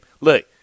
Look